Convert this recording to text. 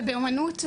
ובאומנות,